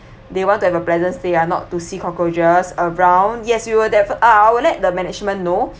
they want to have a pleasant stay lah not to see cockroaches around yes we will defi~ uh I will let the management know